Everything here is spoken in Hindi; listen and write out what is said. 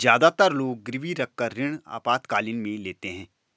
ज्यादातर लोग गिरवी रखकर ऋण आपातकालीन में लेते है